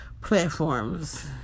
platforms